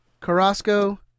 Carrasco